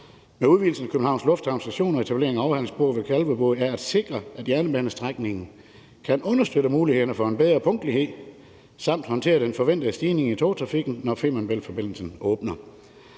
med udvidelsen af Københavns Lufthavn Station og etablering af overhalingsspor ved Kalvebod er at sikre, at jernbanestrækningen kan understøtte mulighederne for en bedre punktlighed samt håndtere den forventede stigning i togtrafikken, når Femern Bælt-forbindelsen åbner.